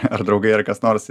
ar draugai ar kas nors